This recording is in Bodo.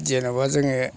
जेनेबा जोङो